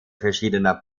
verschiedener